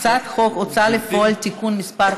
הצעת חוק הוצאה לפועל (תיקון מס'